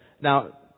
now